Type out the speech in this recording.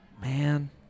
man